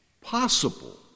possible